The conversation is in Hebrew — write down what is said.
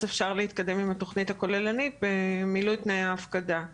אפשר יהיה להתקדם עם התכנית הכוללנית במילוי תנאי ההפקדה.